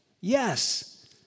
yes